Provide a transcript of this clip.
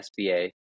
SBA